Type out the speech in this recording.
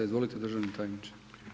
Izvolite državni tajniče.